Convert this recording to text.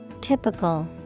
typical